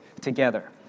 together